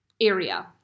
area